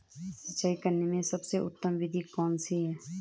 सिंचाई करने में सबसे उत्तम विधि कौन सी है?